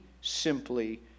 simply